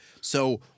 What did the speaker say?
So-